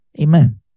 Amen